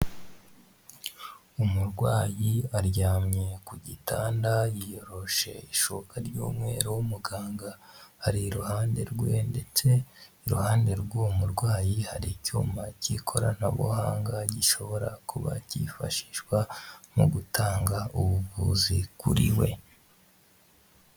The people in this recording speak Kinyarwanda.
Umurwayi aryamye ku gitanda yiyoroshe ishuka ry'umweru, muganga ari iruhande rwe ndetse iruhande rw'uwo murwayi hari icyuma cy'ikoranabuhanga gishobora kuba kifashishwa mu gutanga ubuvuzi kuri we.